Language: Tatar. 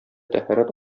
тәһарәт